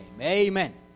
Amen